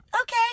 Okay